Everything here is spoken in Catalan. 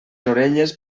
orelles